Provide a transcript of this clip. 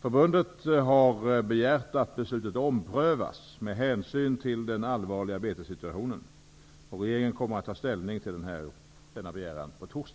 Förbundet har begärt att beslutet omprövas med hänsyn till den allvarliga betessituationen. Regeringen kommer att ta ställning till denna begäran på torsdag.